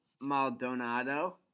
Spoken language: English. Maldonado